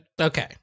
Okay